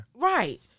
Right